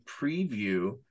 preview